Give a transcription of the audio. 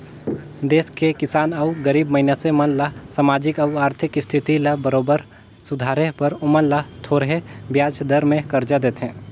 देस के किसान अउ गरीब मइनसे मन ल सामाजिक अउ आरथिक इस्थिति ल बरोबर सुधारे बर ओमन ल थो रहें बियाज दर में करजा देथे